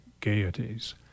Gaieties